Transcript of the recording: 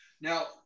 Now